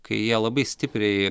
kai jie labai stipriai